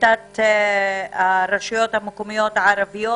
שביתת הרשויות המקומיות הערביות?